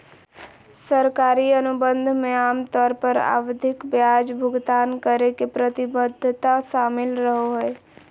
सरकारी अनुबंध मे आमतौर पर आवधिक ब्याज भुगतान करे के प्रतिबद्धता शामिल रहो हय